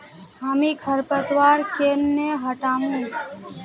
हामी खरपतवार केन न हटामु